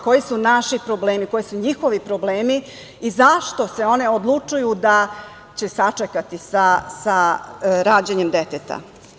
Koji su naši problemi, koji su njihovi problemi i zašto se one odlučuju da će sačekati sa rađanjem deteta.